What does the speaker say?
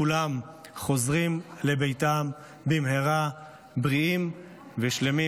כולם חוזרים לביתם במהרה בריאים ושלמים.